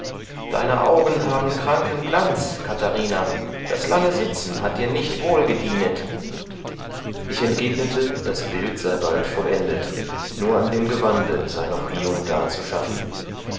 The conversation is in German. deine augen haben kranken glanz katharina das lange sitzen hat dir nicht wohl gedienet ich entgegnete das bild sei bald vollendet nur an dem gewande sei noch hie und da zu schaffen